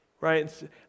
Right